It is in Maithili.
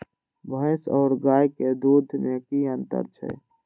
भैस और गाय के दूध में कि अंतर छै?